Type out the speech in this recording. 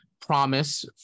promise